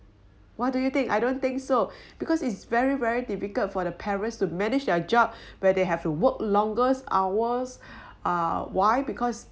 what do you think I don't think so because it's very very difficult for the parents to manage their job where they have to work longer hours ah why because